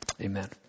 Amen